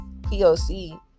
POC